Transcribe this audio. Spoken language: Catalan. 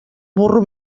burro